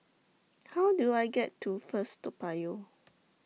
How Do I get to First Toa Payoh